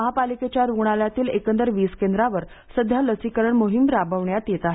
महापालिकेच्या रुग्णालयातील एकंदर वीस केंद्रावर सध्या लसीकरण मोहीम राबवण्यात येत आहे